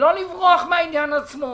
לא לברוח מהעניין עצמו.